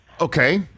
Okay